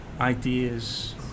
ideas